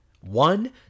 One